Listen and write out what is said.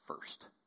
first